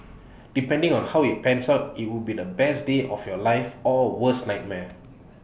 depending on how IT pans out IT would be the best day of your life or worst nightmare